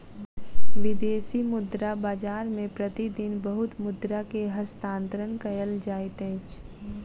विदेशी मुद्रा बाजार मे प्रति दिन बहुत मुद्रा के हस्तांतरण कयल जाइत अछि